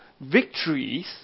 victories